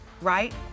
Right